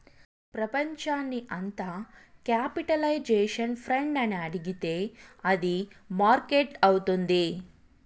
ప్రపంచాన్ని అంత capitalisation friend అని అడిగితే అది మార్కెట్ అవుతుంది